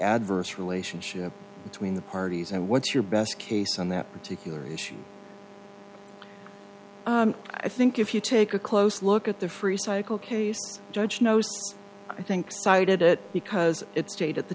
adverse relationship between the parties and what's your best case on that particular issue i think if you take a close look at the free cycle case judge knows i think cited it because it's straight at the